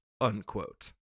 unquote